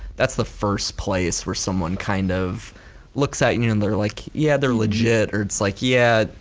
that's the first place where someone kind of looks at you and they're like, yeah they're legit or like yeah,